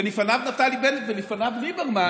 ולפניו נפתלי בנט ולפניו ליברמן,